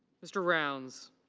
mr. rounds.